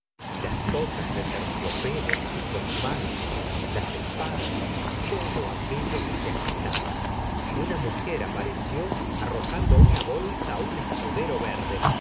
y las tocas de terciopelo los mantos las espadas todo aquello que se agitaba una mujer apareció arrojando una bolsa á un escudero verde